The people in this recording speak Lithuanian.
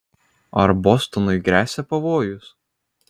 ar bostonui gresia pavojus